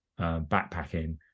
backpacking